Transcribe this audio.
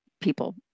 people